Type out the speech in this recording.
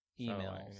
emails